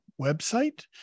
website